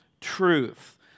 truth